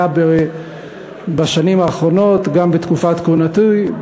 היה בשנים האחרונות: גם בתקופת כהונתי,